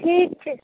ठीक छै